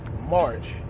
March